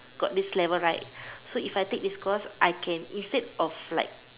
got this level right so if I take this course instead of like got this level right